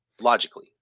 logically